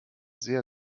sehr